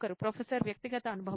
professor వ్యక్తిగత అనుభవము